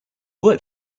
word